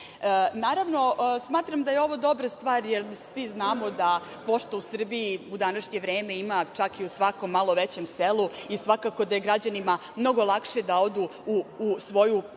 rešenje. Naravno, smatram da je ovo dobra stvar jer svi znamo da pošte u Srbiji u današnje vreme ima čak i u svakom malo većem selu i svakako da je građanima mnogo lakše da odu u svoju poštu,